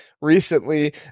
Recently